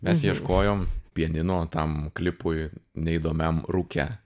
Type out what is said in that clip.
mes ieškojom pianino tam klipui neįdomiam rūke